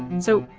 so,